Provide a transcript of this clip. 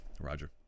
Roger